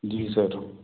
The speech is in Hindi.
जी सर